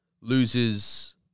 loses